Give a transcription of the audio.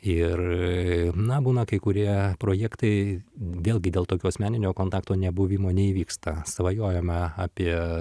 ir na būna kai kurie projektai vėlgi dėl tokio asmeninio kontakto nebuvimo neįvyksta svajojame apie